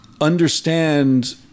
understand